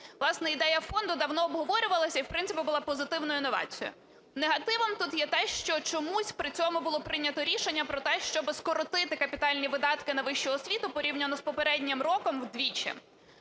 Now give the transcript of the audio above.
Власне, ідея фонду давно обговорювалася і, в принципі, була позитивною новацією. Негативом тут є те, що чомусь при цьому було прийняте рішення про те, щоби скоротити капітальні видатки на вищу освіту порівняно з попереднім роком вдвічі.